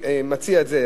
אני מציע את זה,